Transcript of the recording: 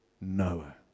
Noah